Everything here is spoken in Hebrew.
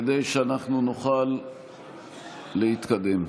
כדי שנוכל להתקדם.